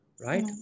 right